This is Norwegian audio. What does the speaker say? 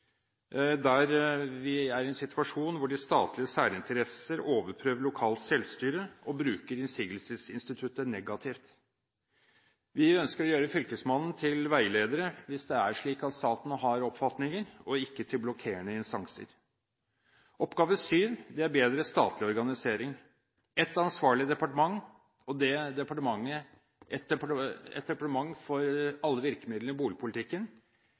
Der er vi i en situasjon hvor de statlige særinteresser overprøver lokalt selvstyre og bruker innsigelsesinstituttet negativt. Vi ønsker å gjøre fylkesmennene til veiledere, hvis det er slik at staten har oppfatninger, og ikke til blokkerende instanser. Oppgave syv er bedre statlig organisering. Vi ønsker å ha et departement som er ansvarlig for alle virkemidler i boligpolitikken, og det departementet